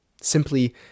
Simply